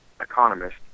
economist